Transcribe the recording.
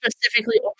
specifically